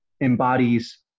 embodies